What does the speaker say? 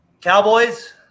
Cowboys